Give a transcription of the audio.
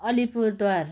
Alipurduar